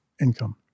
income